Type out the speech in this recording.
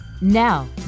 Now